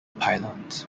pylons